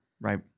Right